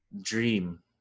dream